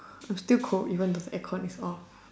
I'm still cold even the air con is off